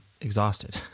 exhausted